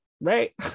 right